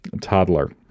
toddler